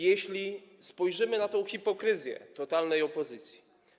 Jeśli spojrzymy na tę hipokryzję totalnej opozycji.